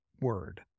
word